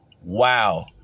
wow